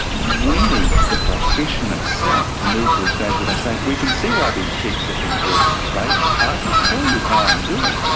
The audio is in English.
we need the profession itself to move to a stage where they say we can see why these checks have been brought into place i can tell you how i'm doing.